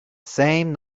same